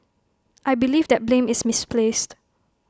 I believe that blame is misplaced